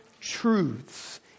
truths